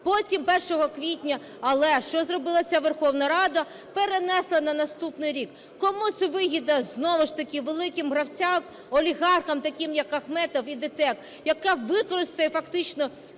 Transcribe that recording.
потім 1 квітня. Але що зробила ця Верховна Рада: перенесла на наступний рік. Кому це вигідно? Знову ж таки, великим гравцям, олігархам, таким як Ахметов і ДТЕК, яка використає фактично